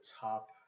top